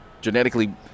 genetically